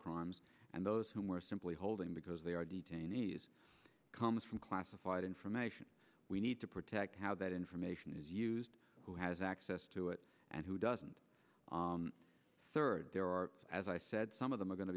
crimes and those who were simply holding because they are detainees comes from classified information we need to protect how that information is used who has access to it and who doesn't third there are as i said some of them are going to